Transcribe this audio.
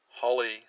Holly